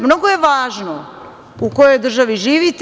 Mnogo je važno u kojoj državi živite.